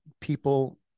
people